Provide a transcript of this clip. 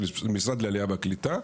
של המשרד לעלייה והקליטה,